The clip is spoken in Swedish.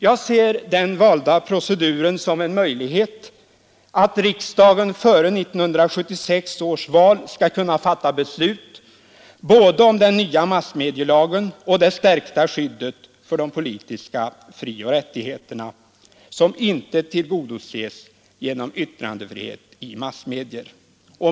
Jag ser den valda proceduren som en möjlighet för riksdagen att före 1976 års val fatta beslut både om den nya massmedielagen och om det stärkta skyddet för de politiska frioch rättigheter som inte tillgodoses genom yttrandefrihet i massmedier.